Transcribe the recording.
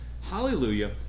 Hallelujah